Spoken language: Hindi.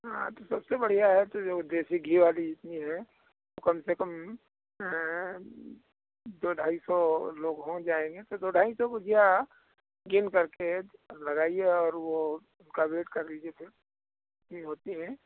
हाँ तो सबसे बढ़िया है तो जो देसी घी वाली जितनी है कम से कम दो ढाई सौ लोग हो जाएंगे तो दो ढाई सौ गुझिया गिन कर के लगाइए और वो उनका वेट कर लीजिए फिर कितनी होती हैं